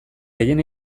gehien